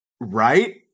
Right